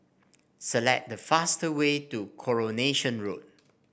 select the fastest way to Coronation Road